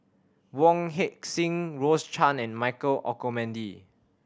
Wong Heck Sing Rose Chan and Michael Olcomendy